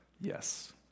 Yes